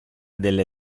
delle